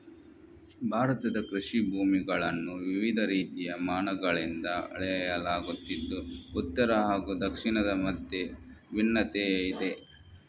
ಭಾರತದ ಕೃಷಿ ಭೂಮಿಗಳನ್ನು ವಿವಿಧ ರೀತಿಯ ಮಾನಗಳಿಂದ ಅಳೆಯಲಾಗುತ್ತಿದ್ದು ಉತ್ತರ ಹಾಗೂ ದಕ್ಷಿಣದ ಮಧ್ಯೆ ಭಿನ್ನತೆಯಿದೆ